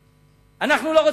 לא,